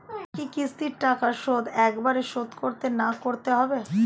বাকি কিস্তির টাকা শোধ একবারে শোধ করতে কি করতে হবে?